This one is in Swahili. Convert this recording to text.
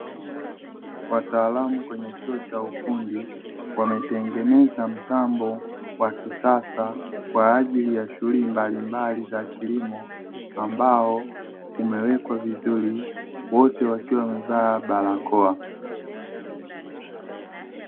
Wataalamu kwenye chuo cha ufundi, wametengeneza mtambo wa kisasa kwa ajili ya shughuli mbalimbali za kilimo ambao umewekwa vizuri; wote wakiwa wamevaa barakoa.